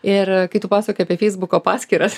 ir kai tu pasakojai apie feisbuko paskyras